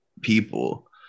people